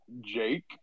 Jake